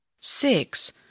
Six